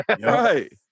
Right